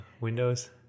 windows